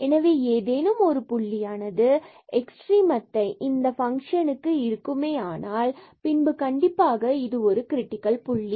எனவே ஏதேனும் ஒரு புள்ளியானது எக்ஸ்ட்ரீமத்தை இந்த பங்ஷனுக்கு இருக்குமானால் பின்பு கண்டிப்பாக இது ஒரு கிரிடிக்கல் புள்ளி